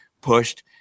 pushed